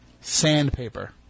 sandpaper